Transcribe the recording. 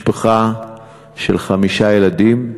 משפחה של חמישה ילדים,